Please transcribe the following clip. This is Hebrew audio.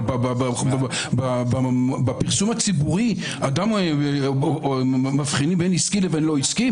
אבל בפרסום הציבורי מבחינים בין עסקי לבין לא עסקי?